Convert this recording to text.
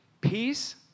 peace